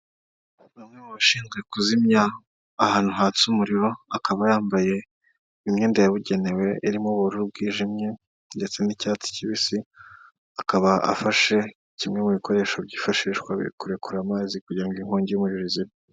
Umwe mu bashinzwe kuzimya ahantu hatse umuriro, akaba yambaye imyenda yabugenewe irimo ubururu bwijimye ndetse n'icyatsi kibisi akaba afashe kimwe mu bikoresho byifashishwa kurekura amazi kugirango inkongi y'umuriro izime.